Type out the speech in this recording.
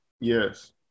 Yes